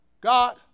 God